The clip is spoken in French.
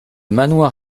manoir